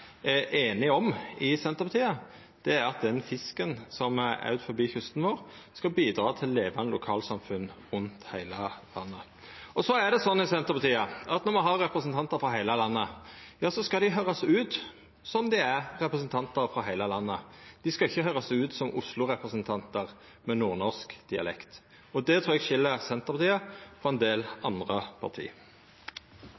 grunnleggjande einige om i Senterpartiet, er at fisken som er utanfor kysten vår, skal bidra til levande lokalsamfunn rundt om i heile landet. Det er sånn i Senterpartiet at når me har representantar frå heile landet, skal dei høyrast ut som dei er representantar frå heile landet, dei skal ikkje høyrast ut som Oslo-representantar med nordnorsk dialekt. Det trur eg skil Senterpartiet frå ein del